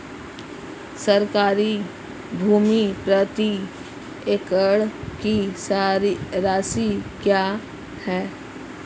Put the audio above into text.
सरकारी भूमि प्रति एकड़ की राशि क्या है?